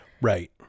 Right